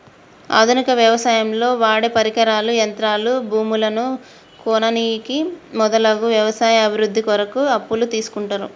ఆధునిక వ్యవసాయంలో వాడేపరికరాలు, యంత్రాలు, భూములను కొననీకి మొదలగు వ్యవసాయ అభివృద్ధి కొరకు అప్పులు తీస్కుంటరు